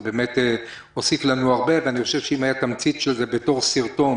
זה באמת הוסיף לנו הרבה ואני חושב שאם הייתה תמצית של זה בתור סרטון,